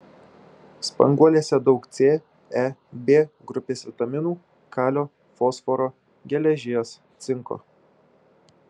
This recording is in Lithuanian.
spanguolėse daug c e b grupės vitaminų kalio fosforo geležies cinko